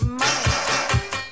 money